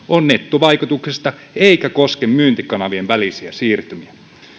on nettovaikutuksesta eikä koske myyntikanavien välisiä siirtymiä